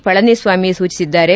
ಪಳನಿಸ್ವಾಮಿ ಸೂಚಿಸಿದ್ದಾರೆ